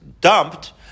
dumped